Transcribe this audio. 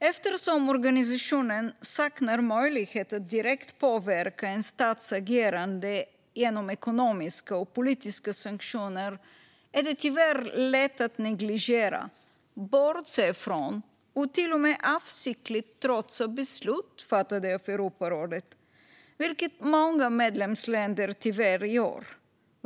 Eftersom organisationen saknar möjlighet att direkt påverka en stats agerande genom ekonomiska och politiska sanktioner är det tyvärr lätt att negligera, bortse från och till och med avsiktligt trotsa beslut fattade av Europarådet, vilket många medlemsländer tyvärr gör.